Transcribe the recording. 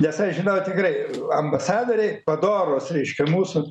nes aš žinau tikrai ambasadoriai padorūs reiškia mūsų